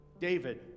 David